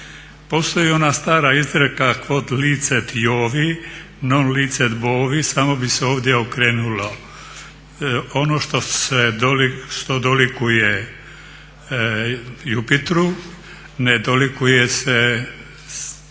Postoji ona stara izreka "Qoud licet iovi non licet bovi" samo bi se ovdje okrenulo. "Ono što dolikuje Jupitru ne dolikuje se nekoj